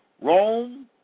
Rome